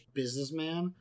businessman